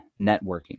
networking